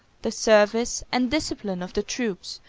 the service and discipline of the troops,